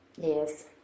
Yes